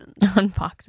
unboxing